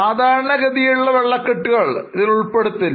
സാധാരണഗതിയിലുള്ള വെള്ളക്കെട്ടുകൾ ഇതിൽ ഉൾപ്പെടുത്തില്ല